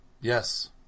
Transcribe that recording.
Yes